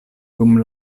dum